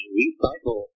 recycle